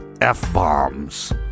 F-bombs